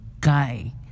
Guy